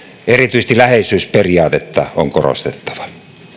erityisesti läheisyysperiaatetta on korostettava